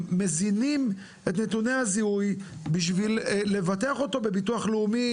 מזינים את נתוני הזיהוי בשביל לבטח אותו בביטוח לאומי